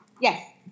Yes